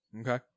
Okay